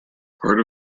part